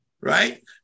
Right